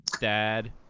Dad